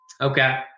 Okay